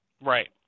Right